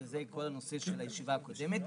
וזה כל הנושא של הישיבה הקודמת,